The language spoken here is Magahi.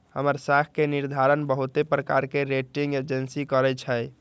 हमर साख के निर्धारण बहुते प्रकार के रेटिंग एजेंसी करइ छै